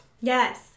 Yes